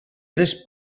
tres